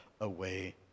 away